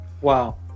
Wow